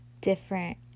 different